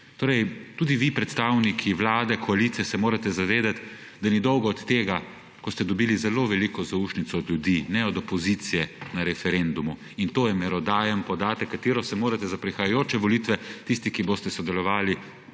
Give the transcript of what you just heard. Torej tudi vi, predstavniki vlade, koalicije, se morate zavedati, da ni dolgo od tega, ko ste dobili zelo veliko zaušnico ljudi – ne od opozicije – na referendumu. In to je merodajen podatek, katero se morate za prihajajoče volitve tisti, ki boste sodelovali,